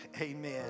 Amen